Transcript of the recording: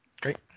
Great